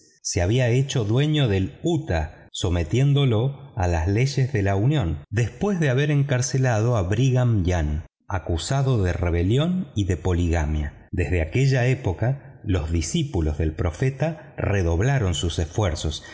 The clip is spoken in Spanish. se había hecho dueño de utah sometiéndolo a las leyes de la unión después de haber encarcelado a brigham young acusado de rebelión y de poligamia desde aquella época los discípulos del profeta redoblaron sus esfuerzos